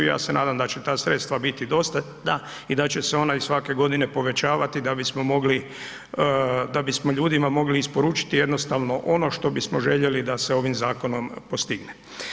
Ja se nadam da će ta sredstva biti dostatna i da će se ona i svake godine i povećavati da bismo mogli da bismo ljudima mogli isporučiti jednostavno ono što bismo željeli da se ovim zakonom postigne.